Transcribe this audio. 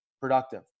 productive